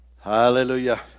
Hallelujah